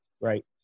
right